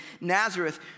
Nazareth